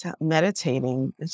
meditating